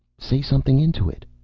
say something into it.